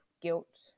guilt